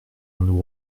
nous